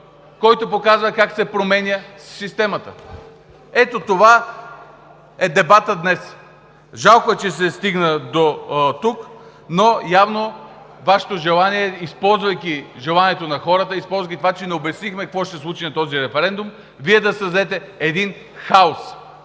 който показва как се променя системата. Ето това е дебатът днес. Жалко е, че се стигна дотук, но явно Вашето желание, използвайки желанието на хората, използвайки това, че не обяснихме какво ще се случи на този референдум, Вие да създадете един хаос